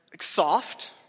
soft